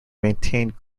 maintained